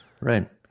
Right